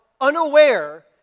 unaware